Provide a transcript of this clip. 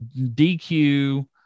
DQ